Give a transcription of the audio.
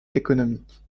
économiques